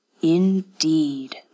Indeed